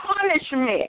punishment